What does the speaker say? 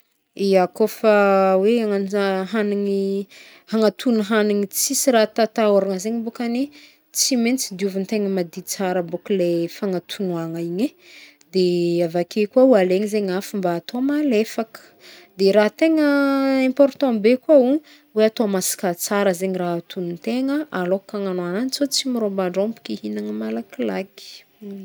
Ia kô fa hoe ananja hagnigny- hanantogny hagnigny tsisy raha atahotahôragna zegny bôkany, tsy meintsy diovintegna madio tsara bôk leh fanantognoagna igny e. De avake koa ô aleigny zegny afo mba atao malefaka. De raha tegna important be koa o hoe atao masaka tsara zegny raha atognontegna, alôka agnano ananjy fa tsy mirômbandrômbaka ihihignagna malakilaky.